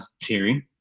terry